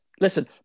Listen